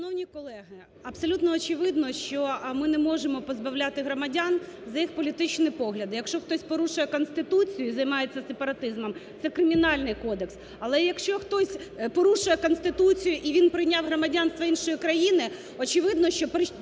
Шановні колеги! Абсолютно очевидно, що ми не можемо позбавляти громадян за їх політичні погляди. Якщо хтось порушує Конституцію і займається сепаратизмом, це Кримінальний кодекс. Але, якщо хтось порушує Конституцію і він прийняв громадянство іншої країни, очевидно, що